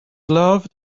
loved